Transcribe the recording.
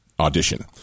audition